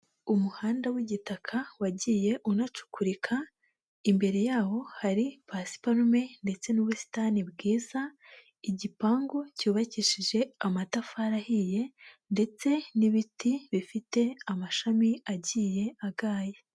Umuhanda w'igitaka wagiye unacukurika imbere yawo hari pasiparme ndetse n'ubusitani bwiza, igipangu cyubakishije amatafari ahiye ndetse n'ibiti bifite amashami agiye agaye.